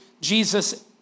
Jesus